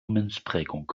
münzprägung